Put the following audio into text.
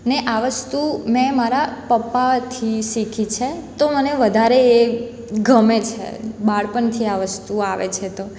ને આ વસ્તુ મેં મારા પપ્પાથી શીખી છે તો મને વધારે એ ગમે છે બાળપણથી આ વસ્તુ આવે છે તો